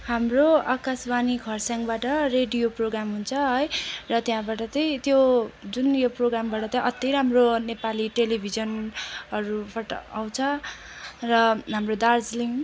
हाम्रो आकाशवाणी खरसाङबाट radio programme हुन्छ है र त्यहाँबाट तै त्यो जुन यो प्रोग्रामबाट तै अति राम्रो नेपाली टेलिभिजनहरूबाट आउँछ र हाम्रो दार्जिलिङ